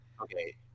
okay